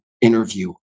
interview